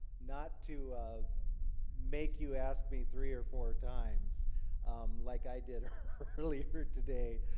not to make you ask me three or four times like i did earlier today